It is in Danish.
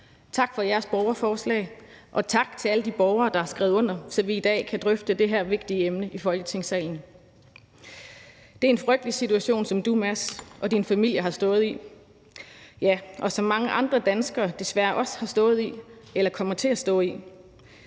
tak for jeres borgerforslag, og tak til alle de borgere, der har skrevet under, så vi i dag kan drøfte det her vigtige emne i Folketingssalen. Det er en frygtelig situation, som Mads Peter Sebbelov og hans familie har stået i, ja, og som mange andre danskere desværre også har stået i eller kommer til at stå i.